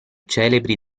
celebri